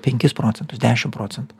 penkis procentus dešimt procentų